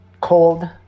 cold